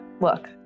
look